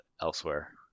elsewhere